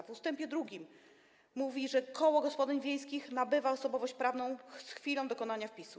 W ust. 2 mówi, że: Koło gospodyń wiejskich nabywa osobowość prawną z chwilą dokonania wpisu.